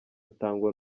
atangwa